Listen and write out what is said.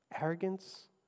Arrogance